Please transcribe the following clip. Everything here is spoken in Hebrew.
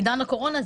בעידן הקורונה,